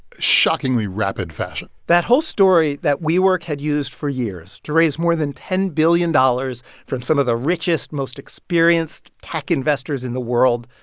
shockingly rapid fashion that whole story that wework had used for years to raise more than ten billion dollars from some of the richest, most experienced tech investors in the world,